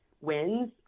wins